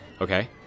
Okay